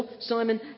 Simon